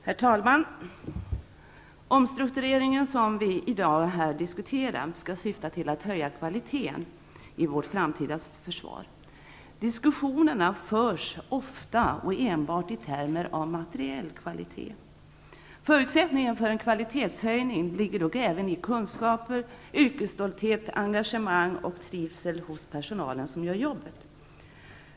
Herr talman! Omstruktureringen, som vi diskuterar här i dag, skall syfta till att höja kvaliteten i vårt framtida försvar. Diskussionerna förs ofta och enbart i termer av materiell kvalitet. Förutsättningen för en kvalitetshöjning ligger dock även i kunskaper, yrkesstolthet, engagemang och trivsel hos den personal som gör jobbet.